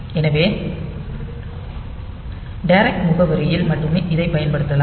எனவே டிரெக்ட் முகவரியில் மட்டுமே இதைப் பயன்படுத்தலாம்